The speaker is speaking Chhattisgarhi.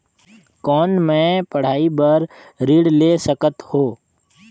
कौन मै पढ़ाई बर भी ऋण ले सकत हो?